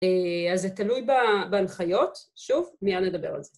אז זה תלוי בהנחיות, שוב, מייד נדבר על זה.